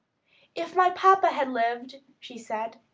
if my papa had lived, she said,